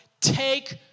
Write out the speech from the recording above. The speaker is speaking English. take